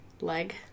leg